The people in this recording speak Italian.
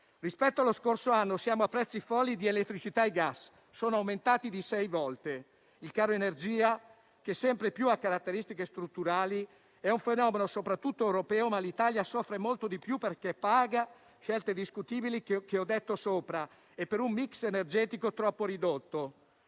Rispetto allo scorso anno, siamo a prezzi folli di elettricità e gas, che sono aumentati di sei volte. Il caro energia, che sempre più ha caratteristiche strutturali, è un fenomeno soprattutto europeo, ma l'Italia soffre molto di più perché paga le scelte discutibili di cui ho detto e per un *mix* energetico troppo ridotto.